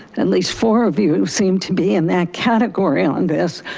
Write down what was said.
at least four of you, seem to be in that category on this.